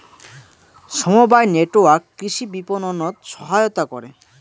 সমবায় নেটওয়ার্ক কৃষি বিপণনত সহায়তা করে